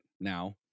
now